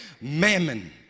mammon